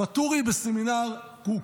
ואטורי בסמינר קוק.